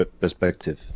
perspective